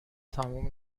تموم